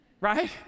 right